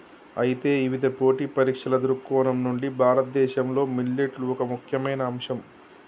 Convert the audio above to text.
అయితే ఇవిధ పోటీ పరీక్షల దృక్కోణం నుండి భారతదేశంలో మిల్లెట్లు ఒక ముఖ్యమైన అంశం